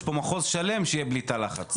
יש פה מחוז שלם שיהיה בלי תא לחץ.